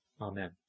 Amen